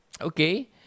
okay